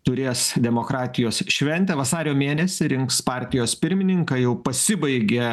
turės demokratijos šventę vasario mėnesį rinks partijos pirmininką jau pasibaigė